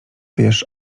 wiesz